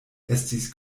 estis